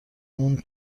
اون